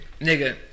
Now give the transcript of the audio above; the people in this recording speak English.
nigga